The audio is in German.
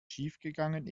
schiefgegangen